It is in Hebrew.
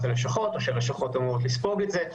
הלשכות או שהלשכות אמורות לספוג את זה.